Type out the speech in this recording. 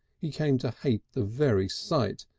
he came to hate the very sight,